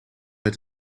met